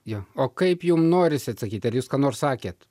jo o kaip jum norisi atsakyt ar jūs ką nors sakėt